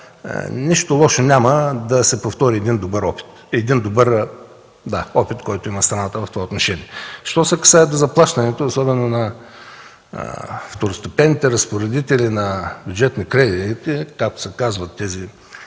нищо лошо няма да се повтори един добър опит, който има страната в това отношение. Що се касае до заплащането особено на второстепенните разпоредители на бюджетни кредити, както се казват тези